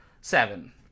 seven